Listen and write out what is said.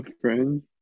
friends